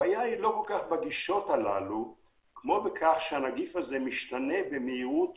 הבעיה היא לא כל כך בגישות הללו כמו בכך שהנגיף הזה משתנה במהירות